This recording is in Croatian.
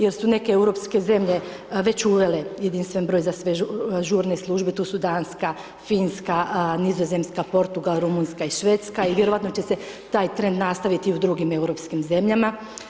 Jer su neke europske zemlje već uvele jedinstveni broj za sve žurne službe, tu su Danska Finska, Nizozemska, Portugal, Rumunjska i Švedska i vjerojatno će se traj trend nastaviti u drugim europskim zemljama.